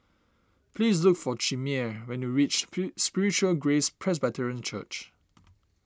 please look for Chimere when you reach Spiritual Grace Presbyterian Church